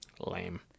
Lame